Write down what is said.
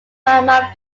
magma